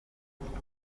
kwagura